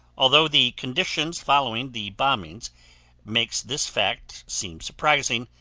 although the conditions following the bombings makes this fact seem surprising,